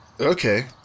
Okay